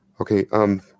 Okay